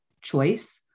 choice